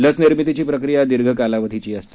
लस निर्मितीची प्रक्रिया दीर्घ कालावधीची असते